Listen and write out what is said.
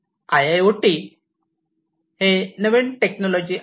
IIoT हे नवीन technology आहे